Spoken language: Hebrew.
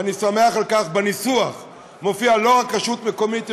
ואני שמח על כך: בניסוח מופיעה לא רק "רשות מקומית",